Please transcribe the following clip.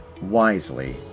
wisely